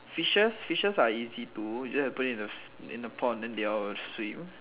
fishes fishes are easy too you just have to put it in the pot then they all will swim